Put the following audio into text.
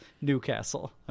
Newcastle